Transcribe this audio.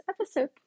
episode